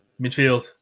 midfield